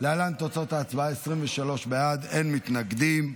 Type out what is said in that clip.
להלן תוצאות ההצבעה: 23 בעד, אין מתנגדים.